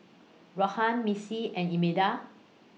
Rhona Missy and Imelda